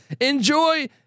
enjoy